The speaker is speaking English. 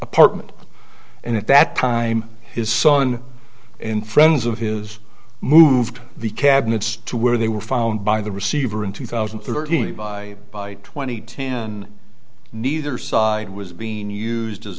apartment and at that time his son and friends of his moved the cabinets to where they were found by the receiver in two thousand and thirteen by by twenty two man neither side was being used as